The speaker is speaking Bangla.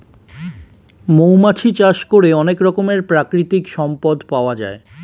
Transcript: মৌমাছি চাষ করে অনেক রকমের প্রাকৃতিক সম্পদ পাওয়া যায়